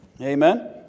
Amen